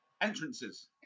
entrances